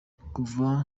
kuva